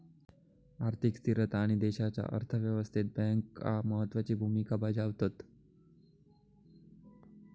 आर्थिक स्थिरता आणि देशाच्या अर्थ व्यवस्थेत बँका महत्त्वाची भूमिका बजावतत